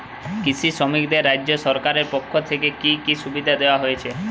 কৃষি শ্রমিকদের রাজ্য সরকারের পক্ষ থেকে কি কি সুবিধা দেওয়া হয়েছে?